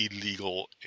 illegal